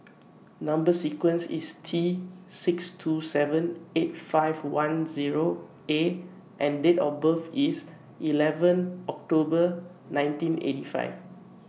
Number sequence IS T six two seven eight five one Zero A and Date of birth IS eleven October nineteen eighty five